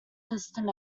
piston